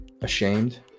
ashamed